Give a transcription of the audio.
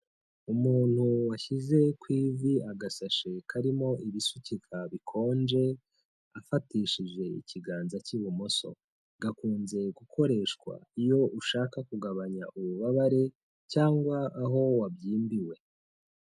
Umuntu washyize ku ivi agasashe karimo ibisukika bikonje afatishije ikiganza cy'ibumoso, gakunze gukoreshwa iyo ushaka kugabanya ububabare cyangwa aho wabyimbiwe.